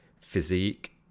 physique